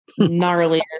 gnarliest